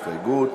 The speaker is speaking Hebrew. ההסתייגות.